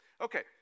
Okay